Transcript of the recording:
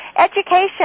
Education